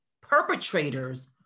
perpetrators